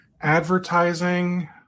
advertising